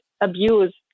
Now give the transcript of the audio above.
abuse